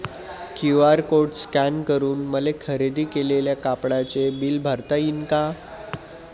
QR code scan करून मले खरेदी केलेल्या कापडाचे बिल भरता यीन का?